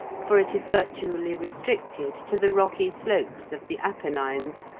for it is virtually restricted to the rocky slopes of the apennines,